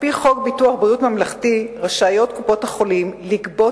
על-פי חוק ביטוח בריאות ממלכתי רשאיות קופות-החולים לגבות